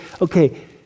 okay